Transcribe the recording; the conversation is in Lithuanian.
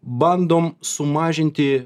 bandom sumažinti